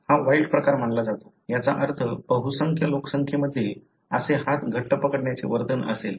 हा वाइल्ड प्रकार मानला जातो याचा अर्थ बहुसंख्य लोकसंख्ये मध्ये असे हात घट्ट पकडण्याचे वर्तन असेल